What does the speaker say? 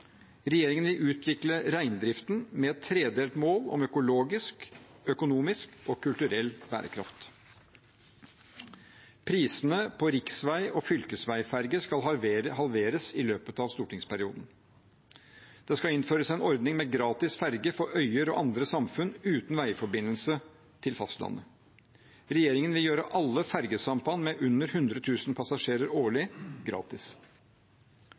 Regjeringen vil utvikle reindriften med et tredelt mål om økologisk, økonomisk og kulturell bærekraft. Prisene på riksvei- og fylkesveiferger skal halveres i løpet av stortingsperioden. Det skal innføres en ordning med gratis ferge for øyer og andre samfunn uten veiforbindelse til fastlandet. Regjeringen vil gjøre alle fergesamband med under 100 000 passasjerer årlig gratis.